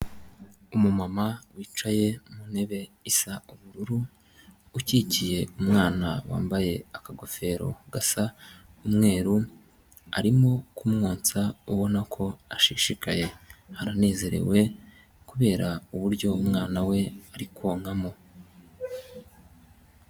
Umumama wicaye mu ntebe isa ubururu ukikiye umwana wambaye akagofero gasa umweru arimo kumwonsa ubona ko ashishikaye aranezerewe kubera uburyo umwana we ari konkamo.